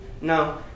No